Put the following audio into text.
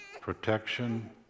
protection